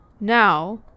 Now